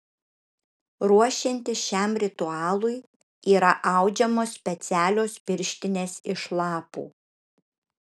ruošiantis šiam ritualui yra audžiamos specialios pirštinės iš lapų